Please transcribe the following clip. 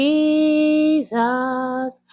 Jesus